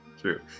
True